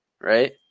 right